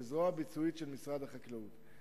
כזרוע ביצועית של משרד החקלאות.